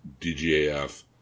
DGAF